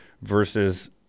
versus